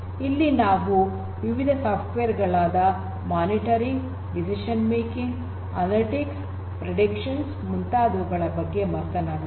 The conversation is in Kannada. ಇಲ್ಲಿ ನಾವು ವಿವಿಧ ಸಾಫ್ಟ್ವೇರ್ ಗಳಾದ monitoring decision making analytics predictions ಮುಂತಾದವುಗಳ ಬಗ್ಗೆ ಮಾತನಾಡುತ್ತೇವೆ